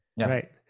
Right